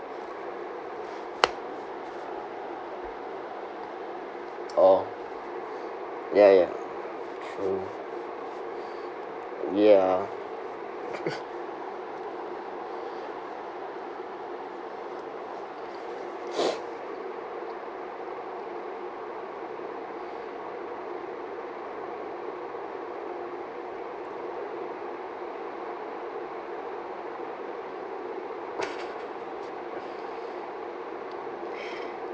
orh ya ya ya